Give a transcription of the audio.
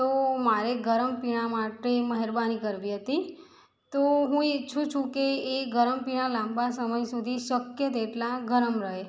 તો મારે ગરમ પીણાં માટે મહેરબાની કરવી હતી તો હું ઇચ્છું છું કે એ ગરમ પીણાં લાંબા સમય શુધી શક્ય તેટલાં ગરમ રહે